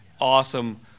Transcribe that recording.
awesome